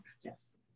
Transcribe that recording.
Yes